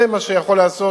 זה מה שיכול לעשות